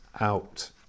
out